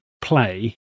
play